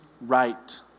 right